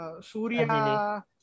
Surya